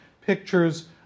pictures